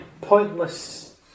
pointless